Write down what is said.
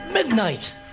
Midnight